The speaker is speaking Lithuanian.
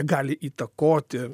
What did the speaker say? gali įtakoti